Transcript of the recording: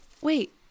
wait